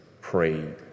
prayed